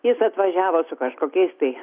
jis atvažiavo su kažkokiais tai